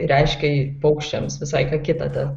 reiškia paukščiams visai ką kita ten